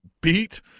beat